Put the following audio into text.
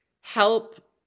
help